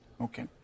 okay